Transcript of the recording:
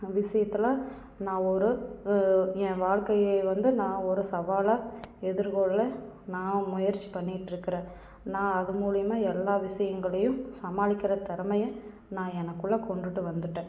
விஷயத்துல நான் ஒரு என் வாழ்க்கையை வந்து நான் ஒரு சவாலாக எதிர்கொள்ள நான் முயற்சி பண்ணிக்கிட்டிருக்குறேன் நான் அது மூலிமா எல்லா விஷயங்களையும் சமாளிக்கிற திறமைய நான் எனக்குள்ளே கொண்டுகிட்டு வந்துவிட்டேன்